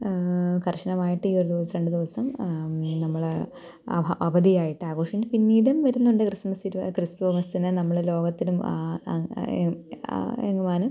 കർശനമായിട്ടീയൊരു ദിവസം രണ്ടു ദിവസം നമ്മളെ ആ അവധിയായിട്ടാഘോഷിക്കുന്നു പിന്നീടും വരുന്നുണ്ട് ക്രിസ്മസിരുപ ക്രിസ്തുമസിനു നമ്മൾ ലോകത്തിലും ആ ആകാനും